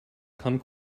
come